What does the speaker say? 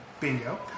Bingo